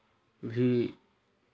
भी